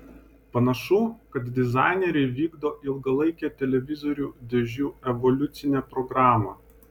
panašu kad dizaineriai vykdo ilgalaikę televizorių dėžių evoliucine programa